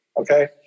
Okay